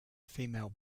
female